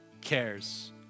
cares